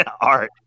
art